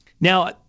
now